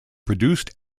produced